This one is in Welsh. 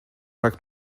rhag